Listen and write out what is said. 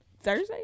Thursday